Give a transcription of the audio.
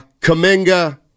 Kaminga